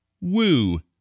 Woo